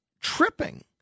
tripping